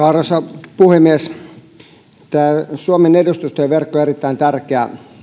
arvoisa puhemies tämä suomen edustustojen verkko on erittäin tärkeä